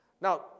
Now